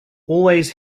always